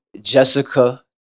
Jessica